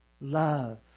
Love